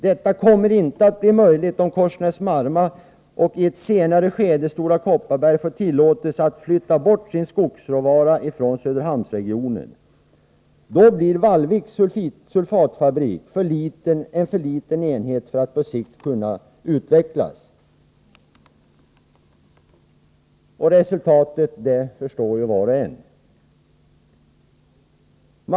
Detta kommer inte att bli möjligt om Korsnäs Marma och i ett senare skede Stora Kopparberg får tillåtelse att flytta bort sin skogsråvara från Söderhamnsregionen, då Vallviks sulfatfabrik blir en för liten enhet för att på sikt kunna utvecklas. Vad som blir resultatet förstår var och en.